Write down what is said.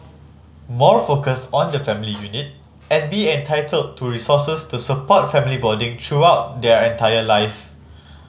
more focus on the family unit and be entitled to resources to support family bonding throughout their entire life